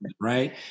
right